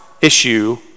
issue